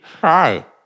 Hi